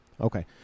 Okay